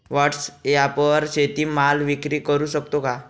व्हॉटसॲपवर शेती माल विक्री करु शकतो का?